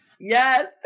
Yes